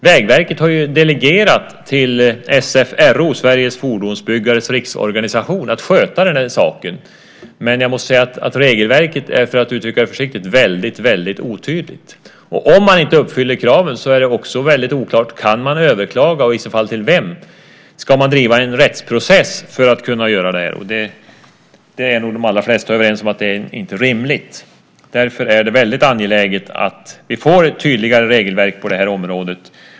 Vägverket har delegerat till SFRO, Sveriges Fordonsbyggares Riksorganisation, att sköta den saken. Men regelverket är, för att uttrycka det försiktigt, väldigt otydligt. Om man inte uppfyller kraven är det också väldigt oklart om man kan överklaga och i så fall till vem. Ska man driva en rättsprocess för att kunna göra det? De allra flesta är nog överens om att det inte är rimligt. Därför är det väldigt angeläget att vi får ett tydligare regelverk på området.